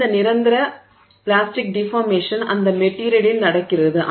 இந்த நிரந்தர plastic deformation அந்த மெட்டிரியலில் நடக்கிறது